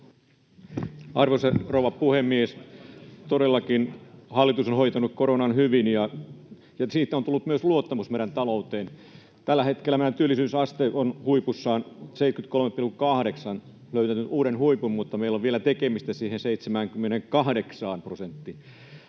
Arvoisa rouva puhemies! Todellakin hallitus on hoitanut koronan hyvin, ja siitä on tullut myös luottamus meidän talouteen. Tällä hetkellä meidän työllisyysaste on huipussaan, 73,8, löytänyt uuden huipun, mutta meillä on vielä tekemistä siihen 78 prosenttiin.